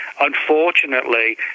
unfortunately